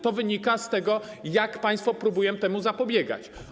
To wynika z tego, jak państwo próbują temu zapobiegać.